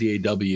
DAW